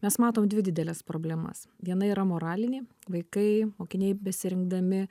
mes matom dvi dideles problemas viena yra moralinė vaikai mokiniai besirinkdami